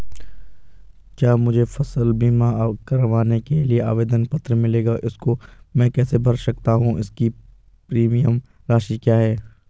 क्या मुझे फसल बीमा करवाने के लिए आवेदन पत्र मिलेगा इसको मैं कैसे भर सकता हूँ इसकी प्रीमियम राशि क्या है?